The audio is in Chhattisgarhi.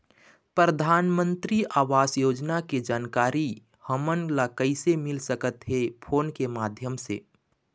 परधानमंतरी आवास योजना के जानकारी हमन ला कइसे मिल सकत हे, फोन के माध्यम से?